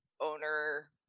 owner